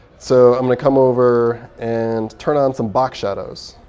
so i'm going to come over and turn on some box shadows.